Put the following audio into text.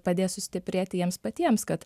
padės sustiprėti jiems patiems kad